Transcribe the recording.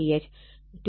64 j 0